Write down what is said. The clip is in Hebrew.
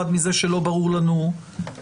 הנושא הראשון שאנחנו נעסוק בו הוא הצעת צו